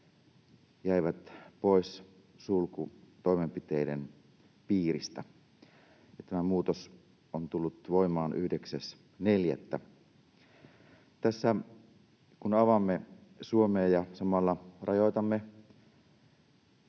jäivät pois sulkutoimenpiteiden piiristä. Tämä muutos on tullut voimaan 9.4. Tässä, kun avaamme Suomea ja samalla rajoitamme